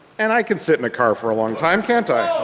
and i can sit in the car for a long time, can't i.